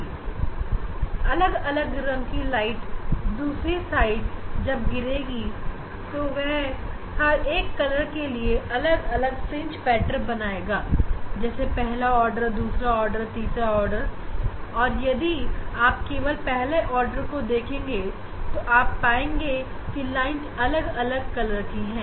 जब अलग अलग रंग की लाइट दूसरे साइड आएँगी तो वह हर एक रंग के लिए अलग फ्रिंज पैटर्न बनाएगा जैसे पहला ऑर्डर दूसरा आर्डर तीसरा ऑर्डर और यदि आप केवल पहले आर्डर को देखेंगे तो आप पाएंगे की लाइंस अलग अलग रंग की हैं